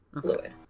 fluid